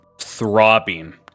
throbbing